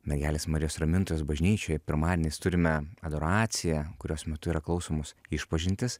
mergelės marijos ramintojos bažnyčioje pirmadieniais turime adoraciją kurios metu yra klausomos išpažintys